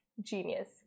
genius